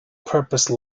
purpose